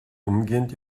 umgehend